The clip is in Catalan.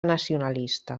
nacionalista